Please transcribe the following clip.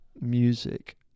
music